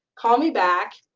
call me back,